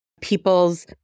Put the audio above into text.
people's